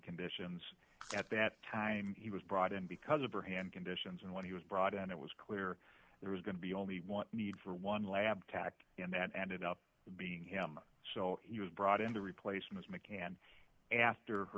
conditions at that time he was brought in because of her hand conditions and when he was brought in and it was clear there was going to be only want need for one lab tack and that ended up being him so he was brought in to replace mccann after her